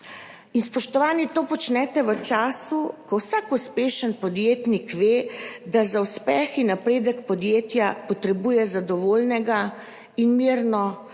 Spoštovani, to počnete v času, ko vsak uspešen podjetnik ve, da za uspeh in napredek podjetja potrebuje zadovoljnega in primerno